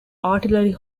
artillery